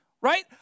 right